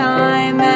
time